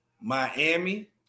miami